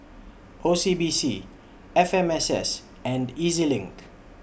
O C B C F M S S and E Z LINK